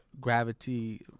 gravity